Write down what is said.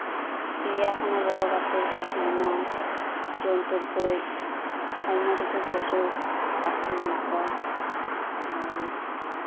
ᱪᱤᱲᱭᱟ ᱠᱷᱟᱱᱟ ᱵᱚᱞᱚ ᱠᱟᱛᱮᱜ ᱟᱭᱢᱟ ᱡᱚᱱᱛᱩᱨ ᱠᱚᱡ ᱟᱭᱢᱟ ᱠᱤ ᱪᱷᱩ ᱯᱚᱥᱩ ᱯᱟᱠᱷᱤ ᱢᱮᱱᱟᱜ ᱠᱚᱣᱟ ᱟᱨ